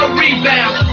rebound